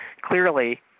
Clearly